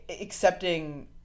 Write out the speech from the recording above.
accepting